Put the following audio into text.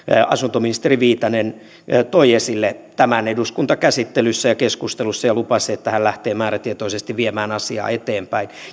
asuntoministeri viitanen toi esille tämän eduskuntakäsittelyssä ja keskustelussa ja lupasi että hän lähtee määrätietoisesti viemään asiaa eteenpäin